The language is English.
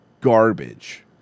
garbage